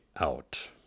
out